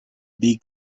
big